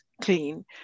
clean